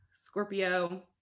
Scorpio